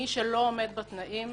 מי שלא עומד בתנאים,